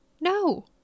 No